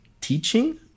teaching